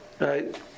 right